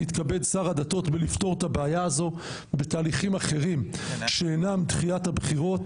יתכבד שר הדתות בלפתור את הבעיה הזו בתהליכים אחרים שאינם דחיית הבחירות